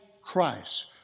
Christ